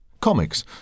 Comics